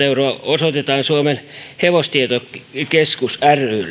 euroa osoitetaan suomen hevostietokeskus